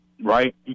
right